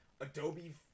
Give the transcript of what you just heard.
Adobe